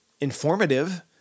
informative